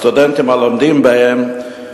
הסטודנטים הלומדים בהם,